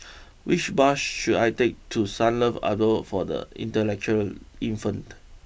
which bus should I take to Sunlove Abode for the Intellectually Infirmed